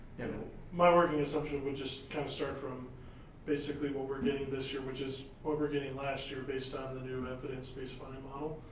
my working assumption would just kind of start from basically what we're getting this year, which is what we're getting last year based on the new evidence base on the model.